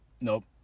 Nope